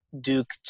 Duke